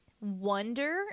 wonder